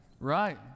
right